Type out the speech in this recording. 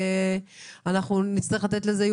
ואנחנו נצטרך לתת לזה,